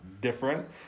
different